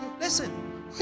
Listen